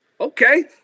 Okay